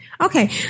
Okay